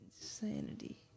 Insanity